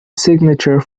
signature